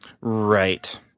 Right